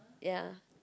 ya